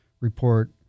report